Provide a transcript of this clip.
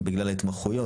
בגלל ההתמחויות,